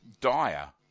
dire